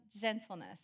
gentleness